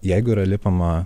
jeigu yra lipama